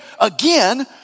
again